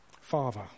Father